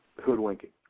hoodwinking